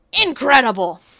incredible